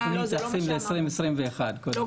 הנתונים מתייחסים ל- 20'-21' לא,